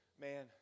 man